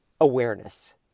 awareness